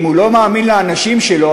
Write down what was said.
אם הוא לא מאמין לאנשים שלו,